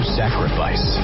sacrifice